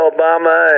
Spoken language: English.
Obama